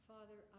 Father